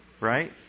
Right